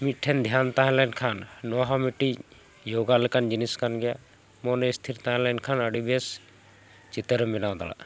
ᱢᱤᱫᱴᱷᱮᱱ ᱫᱷᱮᱭᱟᱱ ᱛᱟᱦᱮᱸ ᱞᱮᱱᱠᱷᱟᱱ ᱱᱚᱣᱟ ᱦᱚᱸ ᱢᱤᱫᱴᱤᱡ ᱡᱳᱜᱟ ᱞᱮᱠᱟᱱ ᱡᱤᱱᱤᱥ ᱠᱟᱱ ᱜᱮᱭᱟ ᱢᱚᱱᱮ ᱤᱥᱛᱷᱤᱨ ᱛᱟᱦᱮᱸ ᱞᱮᱱᱠᱷᱟᱱ ᱟᱹᱰᱤ ᱵᱮᱥ ᱪᱤᱛᱟᱹᱨᱮᱢ ᱵᱮᱱᱟᱣ ᱫᱟᱲᱮᱭᱟᱜᱼᱟ